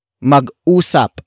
mag-usap